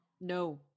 No